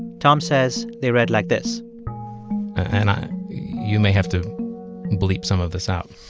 tom says they read like this and i you may have to bleep some of this out.